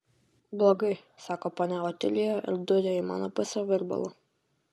blogai sako ponia otilija ir duria į mano pusę virbalu